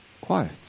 Quiet